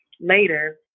later